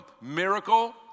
Miracle